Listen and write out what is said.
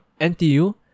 NTU